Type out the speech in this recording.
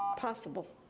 possible